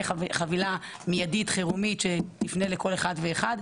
חבילת חירום מיידית שתפנה לכל אחד ואחת,